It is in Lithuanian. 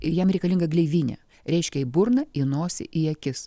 ir jam reikalinga gleivinė reiškia į burną į nosį į akis